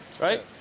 right